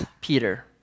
Peter